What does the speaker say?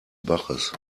baches